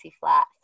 flat